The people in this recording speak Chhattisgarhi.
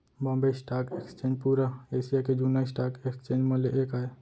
बॉम्बे स्टॉक एक्सचेंज पुरा एसिया के जुन्ना स्टॉक एक्सचेंज म ले एक आय